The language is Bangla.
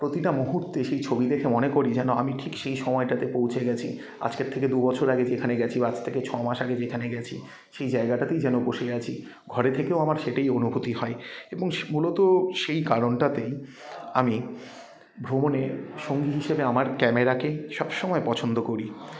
প্রতিটা মুহুর্তে সেই ছবি দেখে মনে করি যেন আমি ঠিক সেই সময়টাতে পৌঁছে গেছি আজকের থেকে দু বছর আগে যেখানে গেছি বা আজ থেকে ছ মাস আগে যেখানে গেছি সেই জায়গাটাতেই যেন বসে আছি ঘরে থেকেও আমার সেটাই অনুভূতি হয় এবং সো মূলত সেই কারণটাতেই আমি ভ্রমণের সঙ্গী হিসেবে আমার ক্যামেরাকে সব সময় পছন্দ করি